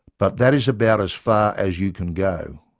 but that is about as far as you can go.